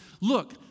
look